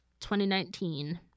2019